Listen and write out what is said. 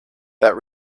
that